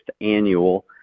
annual